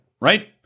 right